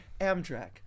Amtrak